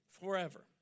Forever